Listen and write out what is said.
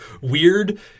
weird